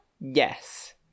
Yes